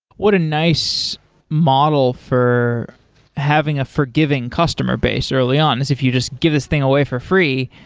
what a nice model for having a forgiving customer base early on, as if you just give this thing away for free,